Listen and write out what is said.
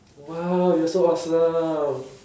!wah! you're so awesome